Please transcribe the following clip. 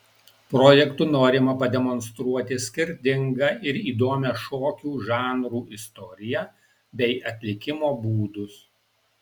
projektu norima pademonstruoti skirtingą ir įdomią šokių žanrų istoriją bei atlikimo būdus